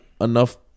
enough